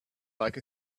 like